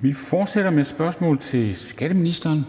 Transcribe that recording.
Vi fortsætter med spørgsmål til skatteministeren,